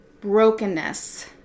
brokenness